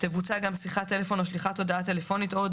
תבוצע גם שיחת טלפון או שליחת הודעה טלפונית